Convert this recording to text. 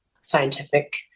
scientific